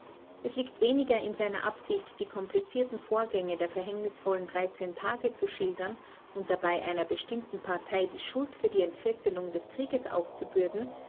es liegt weniger in seiner absicht die komplizierten vorgänge der verhängnisvollen dreizehn tage zu schildern und dabei einer bestimmten partei die schuld für die entfesselung des krieges aufzubürden